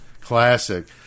Classic